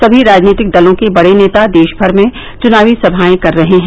सभी राजनीतिक दलों के बड़े नेता देशभर में चुनावी सभाएं कर रहे हैं